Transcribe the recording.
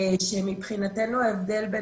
שמבחינתנו ההבדל בין